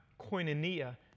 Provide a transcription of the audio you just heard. koinonia